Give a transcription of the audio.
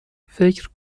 فکر